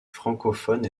francophones